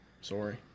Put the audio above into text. Sorry